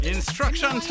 Instruction